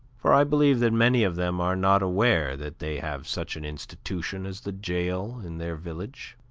for i believe that many of them are not aware that they have such an institution as the jail in their village.